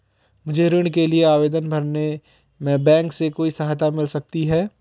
मुझे ऋण के लिए आवेदन भरने में बैंक से कोई सहायता मिल सकती है?